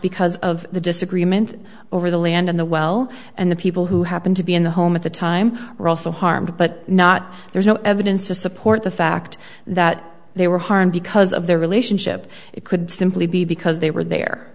because of the disagreement over the land and the well and the people who happened to be in the home at the time were also harmed but not there's no evidence to support the fact that they were harmed because of their relationship it could simply be because they were there